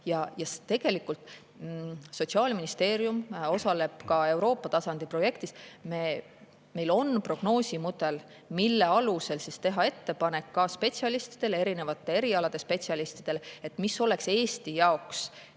Tegelikult Sotsiaalministeerium osaleb ka Euroopa tasandi projektis. Meil on prognoosimudel, mille alusel teha ettepanek ka spetsialistidele, erinevate erialade spetsialistidele, mis oleks Eesti jaoks